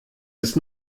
ist